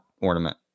ornament